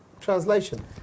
translation